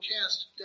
cast